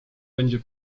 będzie